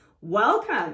Welcome